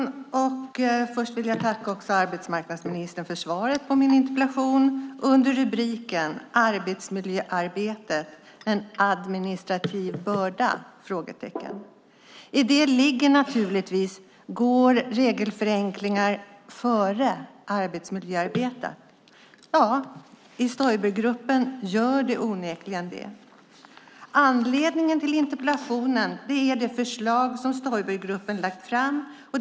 Herr talman! Först vill jag tacka arbetsmarknadsministern för svaret på min interpellation där jag ställde frågan: Arbetsmiljöarbetet, en administrativ börda? I det ligger naturligtvis: Går regelförenklingar före arbetsmiljöarbetet? Ja, i Stoibergruppen gör det onekligen det. Anledningen till interpellationen är det förslag som Stoibergruppen har lagt fram.